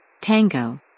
Tango